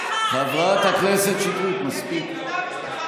חברת הכנסת שטרית, מספיק.